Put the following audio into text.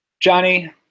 Johnny